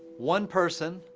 one person,